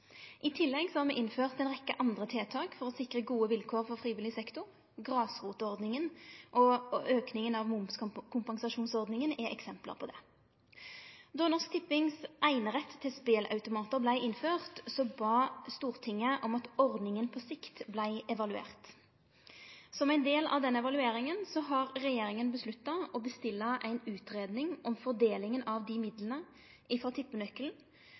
i framtida. I tillegg har me innført ei rekkje andre tiltak for å sikre gode vilkår for frivillig sektor. Grasrotordninga og auking av momskompensasjonsordninga er eksempel på dette. Då Norsk Tippings einerett til speleautomatar vart innført, bad Stortinget om at ordninga på sikt vart evaluert. Som ein del av denne evalueringa har regjeringa vedtatt å bestille ei utgreiing om fordelinga av dei midlane frå tippenøkkelen